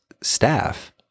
staff